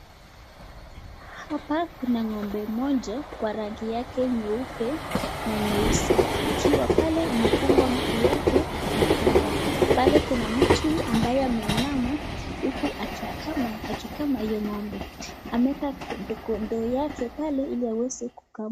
Hapa kuna ng'ombe mmoja wa rangi yake nyeupe na nyeusi ikiwa pale imefungwa miguu yake na kamba. Pale kuna mtu ambaye ameinama huku akikama hiyo ng'ombe. Ameweka ndoo yake pale ili aweze kukama.